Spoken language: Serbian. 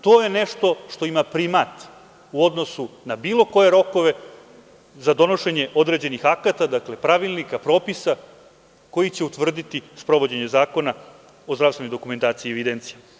To je nešto što ima primat u odnosu na bilo koje rokove za donošenje određenih akata, dakle, pravilnika, propisa, koji će utvrditi sprovođenje Zakona o zdravstvenoj dokumentaciji i evidenciji.